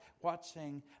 watching